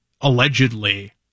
allegedly